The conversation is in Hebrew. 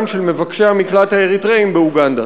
של מבקשי המקלט האריתריאים באוגנדה?